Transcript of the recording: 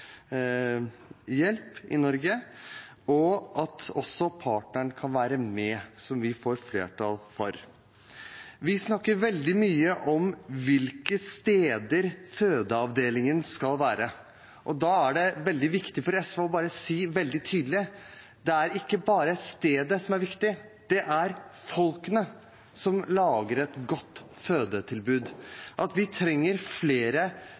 i Norge, og at også partneren kan være med, noe vi får flertall for. Vi snakker veldig mye om hvilke steder fødeavdelingen skal være på. Da er det veldig viktig for SV å si veldig tydelig: Det er ikke bare stedet som er viktig; det er folkene som lager et godt fødetilbud. Vi trenger flere